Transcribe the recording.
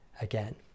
again